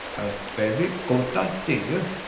a very good, idea!